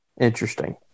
interesting